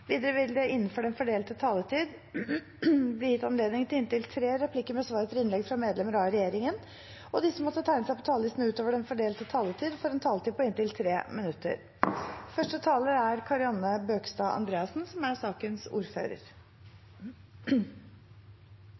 Videre vil det – innenfor den fordelte taletid – bli gitt anledning til inntil tre replikker med svar etter innlegg fra medlemmer av regjeringen, og de som måtte tegne seg på talerlisten utover den fordelte taletid, får også en taletid på inntil 3 minutter. Denne saken handler om ulike budsjettendringer som